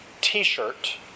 T-shirt